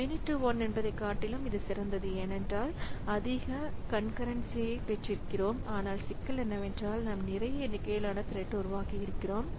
many to one என்பதைக் காட்டிலும் இது சிறந்தது ஏனென்றால் அதிக கான்கரென்ஸி பெற்றிருக்கிறோம் ஆனால் சிக்கல் என்னவென்றால் நாம் நிறைய எண்ணிக்கையிலான த்ரெட் உருவாக்கியிருக்கிறோம்